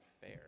fair